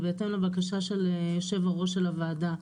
בהתאם לבקשה של יו"ר הוועדה,